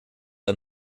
ein